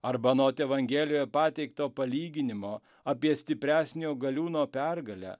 arba anot evangelioje pateikto palyginimo apie stipresnio galiūno pergalę